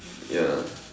ya